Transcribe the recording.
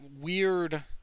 weird